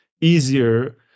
easier